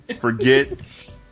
forget